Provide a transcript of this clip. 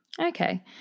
Okay